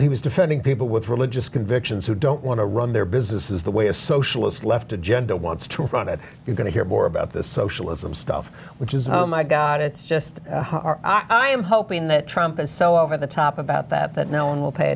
he was defending people with religious convictions who don't want to run their businesses the way a socialist left agenda wants to run it you're going to hear more about this socialism stuff which is oh my god it's just i'm hoping that trump and so over the top about that that no one will pay